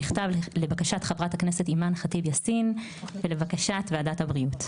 שנכתב לבקשת חברת הכנסת אימאן ח'טיב יאסין ולבקשת ועדת הבריאות.